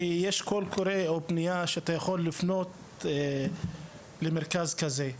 כמו קול קורא או פנייה שבאמצעותה אתה יכול לפנות למרכז כזה.